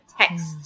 text